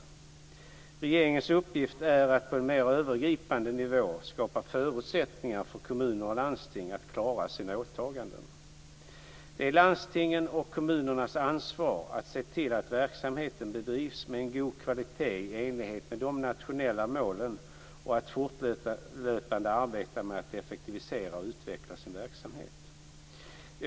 Regeringens uppgift är att på en övergripande nivå skapa förutsättningar för kommuner och landsting att klara sina åtaganden. Det är landstingens och kommunernas ansvar att se till att verksamheten bedrivs med en god kvalitet i enlighet med de nationella målen och att fortlöpande arbeta med att effektivisera och utveckla sina verksamheter.